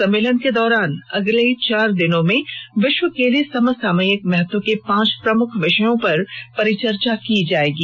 सम्मेलन के दौरान अगले चार दिनों में विश्व के लिए समसामयिक महत्व के पांच प्रमुख विषयों पर परिचर्चा की जाएगी